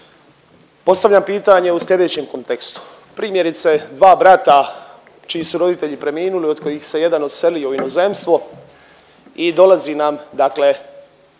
postavljam pitanje u sljedećem kontekstu. Primjerice, dva brata čiji su roditelji preminuli od kojih se jedan odselio u inozemstvo i dolazi nam